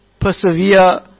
persevere